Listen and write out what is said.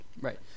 Right